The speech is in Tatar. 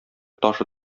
ташы